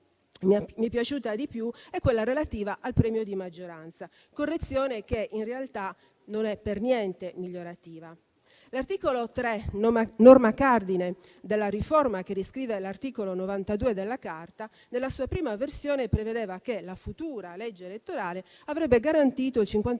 mi è piaciuta di più è relativa al premio di maggioranza, ma in realtà non è per niente migliorativa. L'articolo 3, norma cardine della riforma che riscrive l'articolo 92 della Carta, nella sua prima versione prevedeva che la futura legge elettorale avrebbe garantito il 55